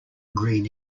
green